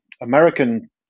American